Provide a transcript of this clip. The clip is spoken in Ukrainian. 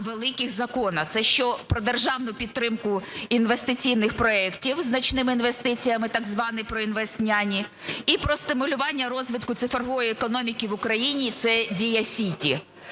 великих закони. Це про державну підтримку інвестиційних проектів значними інвестиціями, так званий про "інвестняні", і про стимулювання розвитку цифрової економіки в Україні - це Дія Сіті.